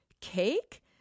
Cake